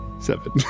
Seven